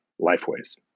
lifeways